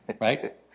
right